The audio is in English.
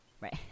Right